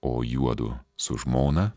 o juodu su žmona